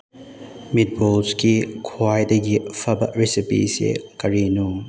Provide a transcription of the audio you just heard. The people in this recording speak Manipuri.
ꯃꯤꯠꯕꯣꯜꯁꯀꯤ ꯈ꯭ꯋꯥꯏꯗꯒꯤ ꯐꯕ ꯔꯤꯁꯤꯄꯤꯁꯦ ꯀꯔꯤꯅꯣ